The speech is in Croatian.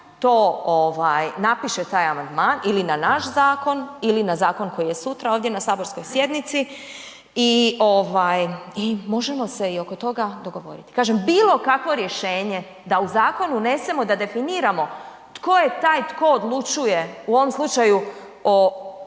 to, napiše taj amandman ili na naš zakon ili na zakon koji je sutra ovdje na saborskoj sjednici i možemo se i oko toga dogovoriti. Kažem bilo kakvo rješenje da u zakon unesemo, da definiramo tko je taj tko odlučuje, u ovom slučaju o